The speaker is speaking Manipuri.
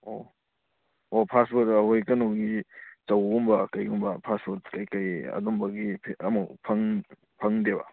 ꯑꯣ ꯑꯣ ꯐꯥꯁ ꯐꯨꯗ ꯑꯩꯈꯣꯏ ꯀꯩꯅꯣꯒꯤ ꯆꯧꯒꯨꯝꯕ ꯀꯩꯒꯨꯝꯕ ꯐꯥꯁ ꯐꯨꯗ ꯀꯩꯀꯩ ꯑꯗꯨꯝꯕꯒꯤ ꯑꯝꯐꯧ ꯐꯪꯗꯦꯕ